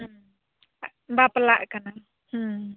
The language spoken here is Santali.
ᱦᱮᱸ ᱵᱟᱯᱞᱟᱜ ᱠᱟᱱᱟᱭ ᱦᱮᱸ